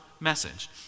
Message